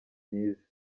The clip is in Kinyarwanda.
myiza